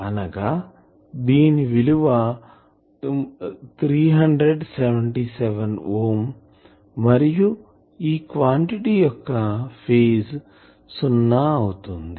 అనగా దీని విలువ 377 ఓం మరియు ఈ క్వాంటిటీ యొక్క ఫేజ్ 0 అవుతుంది